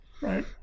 right